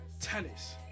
tennis